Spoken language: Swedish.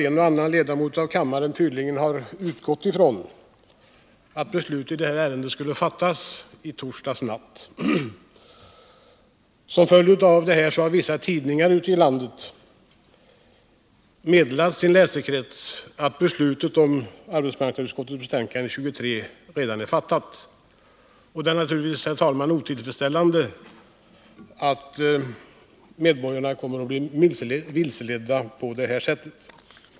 En och annan ledamot av kammaren har tydligen utgått ifrån att beslut i detta ärende skulle fattats i torsdags natt, och följden har bl.a. blivit att vissa tidningar ute i landet har meddelat sin läsekrets att beslutet om arbetsmarknadsutskottets betänkande nr 23 redan är fattat. Det är naturligtvis otillfredsställande att medborgarna i landet blivit vilseledda på detta sätt.